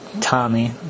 Tommy